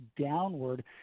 downward